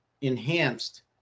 enhanced